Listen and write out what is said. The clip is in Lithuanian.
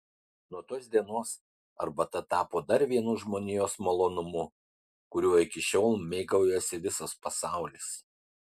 nuo tos dienos arbata tapo dar vienu žmonijos malonumu kuriuo iki šiol mėgaujasi visas pasaulis